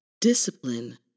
Discipline